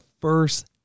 first